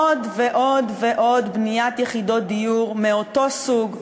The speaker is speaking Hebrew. עוד ועוד ועוד בניית יחידות דיור מאותו סוג,